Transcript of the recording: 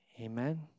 Amen